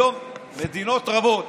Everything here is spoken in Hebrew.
היום מדינות רבות